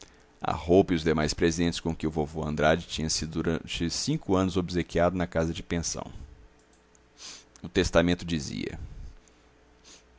a roupa e os demais presentes com que o vovô andrade tinha sido durante cinco anos obsequiado na casa de pensão o testamento dizia